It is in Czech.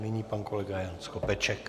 Nyní pan kolega Jan Skopeček.